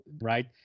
right